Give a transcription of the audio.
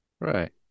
Right